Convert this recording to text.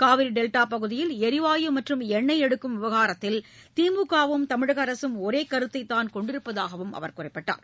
Kaveri delta பகுதியில் ளிவாயு மற்றும் எண்ணெய் எடுக்கும் விவகாரத்தில் திமுகவும் தமிழக அரசும் ஒரே கருத்தைதான் கொண்டிருப்பதாக அவர் குறிப்பிட்டார்